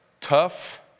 tough